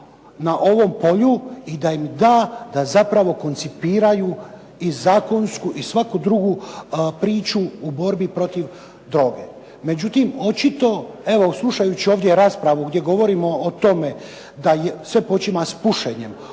na ovom polju i da im da da zapravo koncipiraju i zakonsku i svaku drugu priču u borbi protiv droge. Međutim, očito evo slušajući ovdje raspravu gdje govorimo o tome da sve počima s pušenjem,